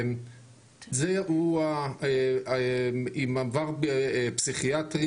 זה עם עבר פסיכיאטרי,